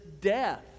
death